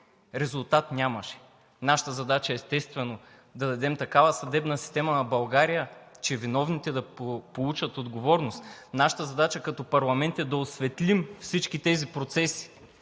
Резултат нямаше. Нашата задача, естествено, е да дадем такава съдебна система на България, че виновните да получат отговорност, нашата задача като парламент е да осветлим всички тези процеси